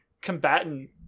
combatant